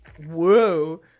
Whoa